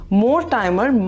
more-timer